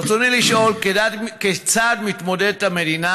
רצוני לשאול: 1. כיצד מתמודדת המדינה,